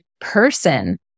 person